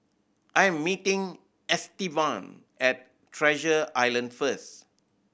I am meeting Estevan at Treasure Island first